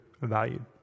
valued